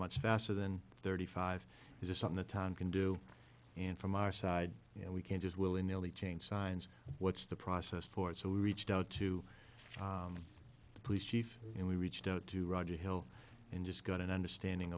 much faster than thirty five just on the town can do and from our side you know we can't just willy nilly change signs what's the process for it so we reached out to the police chief and we reached out to roger hill and just got an understanding